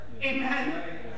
amen